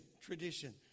tradition